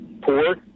poor